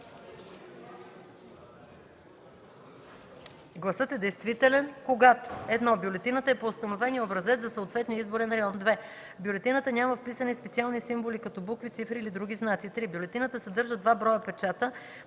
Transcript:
Гласът е действителен, когато: 1. бюлетината е по установения образец за съответния изборен район; 2. в бюлетината няма вписани специални символи като букви, цифри или други знаци; 3. бюлетината съдържа два броя печата